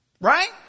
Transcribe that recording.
Right